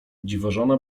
dziwożona